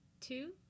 two